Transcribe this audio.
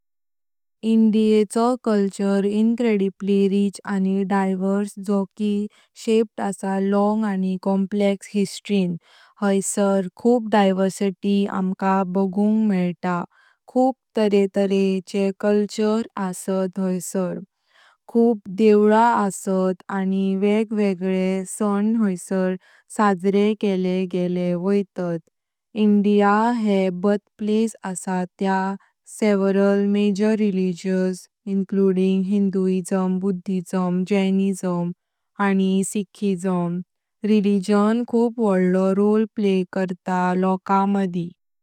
इंडिया चो culture incredibly rich आणि diverse, जो की शेप्ड आसा लोंग आणि कॉम्प्लेक्स हिस्टरी। हैसार खूप डाइवर्सिटी आमका बघुंग मेयता। खूप तारे तारे कल्चर आसात हैंसर। खूप देवळा आसात आणि वेग वेगले सण हैंसर साजरे केले गेले वैतत। इंडिया हे बर्थप्लेस आसा त्या several major religions, including Hinduism, Buddhism, Jainism, आणि सिखिज्म। रेलिजन खूप वोडलो रोल प्ले करता लोक मदी।